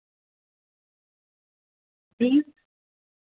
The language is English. please